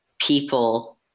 people